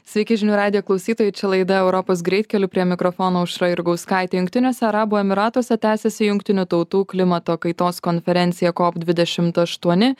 sveiki žinių radijo klausytojai čia laida europos greitkeliu prie mikrofono aušra jurgauskaitė jungtiniuose arabų emyratuose tęsiasi jungtinių tautų klimato kaitos konferencija kop dvidešimt aštuoni